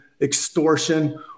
extortion